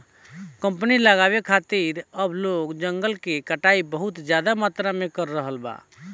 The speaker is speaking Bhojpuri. कंपनी के लगावे खातिर अब लोग जंगल के कटाई बहुत ज्यादा मात्रा में कर रहल बा